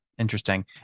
Interesting